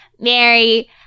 Mary